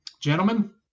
Gentlemen